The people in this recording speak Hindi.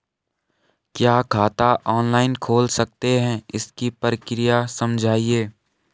क्या खाता ऑनलाइन खोल सकते हैं इसकी प्रक्रिया समझाइए?